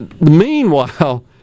Meanwhile